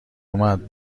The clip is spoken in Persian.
اومد